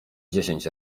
dziesięć